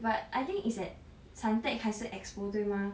but I think it's at suntec 还是 expo 对吗